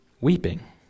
weeping